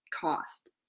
cost